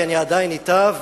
אני עדיין אתה,